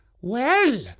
Well